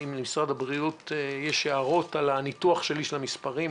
אם למשרד הבריאות יש הערות על הניתוח שלי של המספרים,